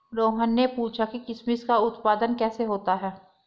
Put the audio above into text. रोहन ने पूछा कि किशमिश का उत्पादन कैसे होता है?